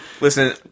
Listen